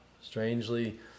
strangely